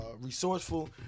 resourceful